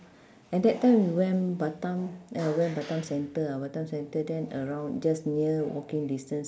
at that time we went batam uh we went batam centre ah batam centre then around just near walking distance